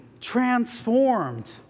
transformed